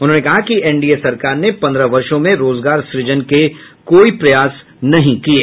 उन्होंने कहा कि एनडीए सरकार ने पंद्रह वर्षों में रोजगार सृजन के कोई प्रयास नहीं किये